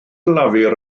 lafur